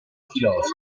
filosofo